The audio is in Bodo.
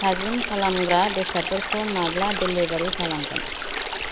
थाजिम खालामग्रा बेसादफोरखौ माब्ला डेलिभारि खालामगोन